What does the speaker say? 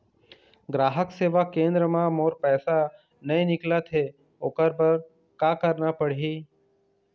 ग्राहक सेवा केंद्र म मोर पैसा नई निकलत हे, ओकर बर का करना पढ़हि?